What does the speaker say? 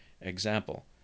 example